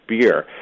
beer